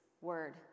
word